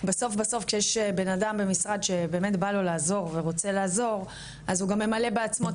בסוף כשיש בן אדם במשרד שבאמת בא לו לעזור אז הוא ממלא בעצמו את